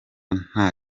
nta